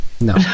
No